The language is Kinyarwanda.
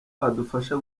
badufasha